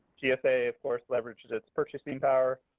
gsa, of course, leverages its purchasing power.